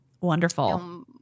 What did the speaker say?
Wonderful